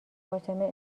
فاطمه